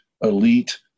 elite